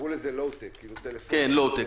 כן, לואו-טק.